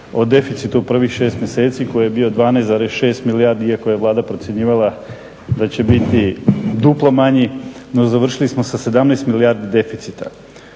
o deficitu prvih 6 mjeseci koji je bio 12,6 milijardi iako je Vlada procjenjivala da će biti duplo manji, no završili smo sa 17 milijardi deficita.